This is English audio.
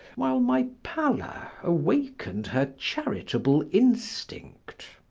while my pallor awakened her charitable instinct.